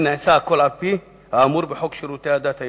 שהכול נעשה על-פי האמור בחוק שירותי הדת היהודיים.